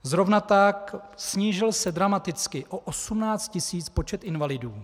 Zrovna tak se snížil dramaticky o 18 tis. počet invalidů.